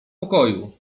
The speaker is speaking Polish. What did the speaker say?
pokoju